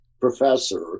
professor